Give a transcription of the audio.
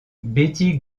betty